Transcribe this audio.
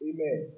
Amen